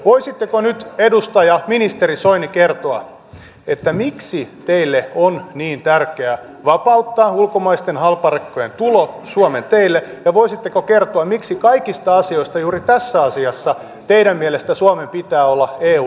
voisitteko nyt ministeri soini kertoa miksi teille on niin tärkeää vapauttaa ulkomaisten halparekkojen tulo suomen teille ja voisitteko kertoa miksi kaikista asioista juuri tässä asiassa teidän mielestänne suomen pitää olla eun mallioppilas